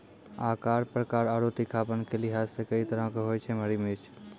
आकार, प्रकार आरो तीखापन के लिहाज सॅ कई तरह के होय छै हरी मिर्च